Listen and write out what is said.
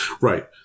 Right